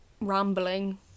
rambling